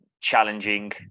challenging